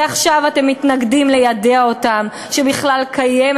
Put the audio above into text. ועכשיו אתם מתנגדים להצעה ליידע אותם שבכלל קיימת